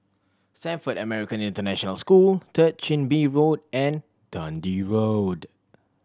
Stamford American International School Third Chin Bee Road and Dundee Road